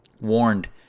warned